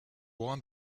warn